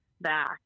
back